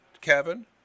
Kevin